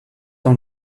dans